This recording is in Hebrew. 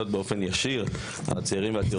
באופן ישיר על הצעירים והצעירות בישראל.